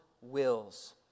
wills